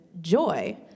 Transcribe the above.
joy